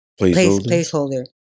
Placeholder